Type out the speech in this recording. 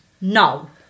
no